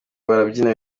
barabyina